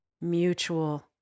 mutual